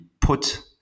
put